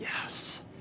yes